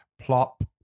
plop